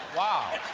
wow!